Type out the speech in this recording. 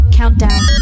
countdown